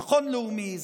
ביטחון לאומי.